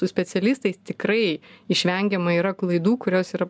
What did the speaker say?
su specialistais tikrai išvengiama yra klaidų kurios yra